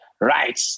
right